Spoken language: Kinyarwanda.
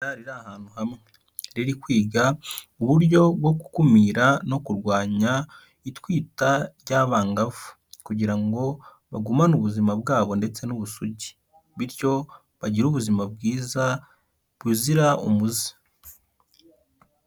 Itsinda riri ahantu hamwe, riri kwiga uburyo bwo gukumira no kurwanya itwita ry'abangavu kugira ngo bagumane ubuzima bwabo ndetse n'ubusugi, bityo bagire ubuzima bwiza buzira umuze.